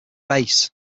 bass